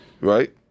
Right